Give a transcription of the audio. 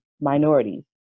minorities